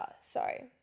Sorry